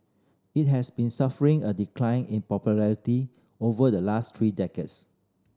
it has been suffering a decline in popularity over the last three decades